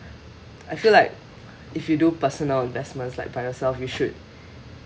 I feel like if you do personal investments like by yourself you should